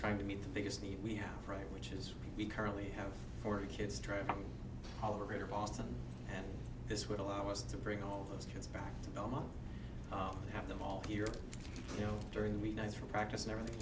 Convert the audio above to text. trying to meet the biggest need we have right which is we currently have four kids travel all over greater boston and this would allow us to bring all those kids back to normal and have them all here you know during the week nights for practice never th